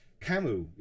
Camus